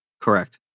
Correct